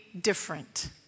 different